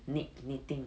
knit knitting